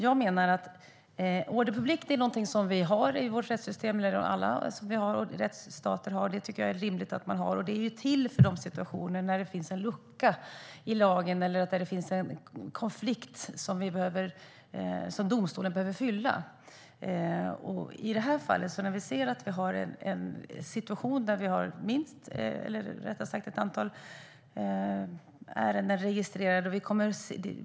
Jag menar att ordre public är något som vi har i vårt rättssystem. Alla rättsstater har det, och det tycker jag är rimligt. Det är till för de situationer där det finns en konflikt eller en lucka i lagen som domstolen behöver täppa till. I det här fallet har vi en situation med ett antal ärenden registrerade.